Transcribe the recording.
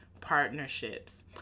partnerships